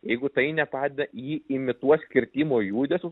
jeigu tai nepadeda ji imituos kirtimo judesius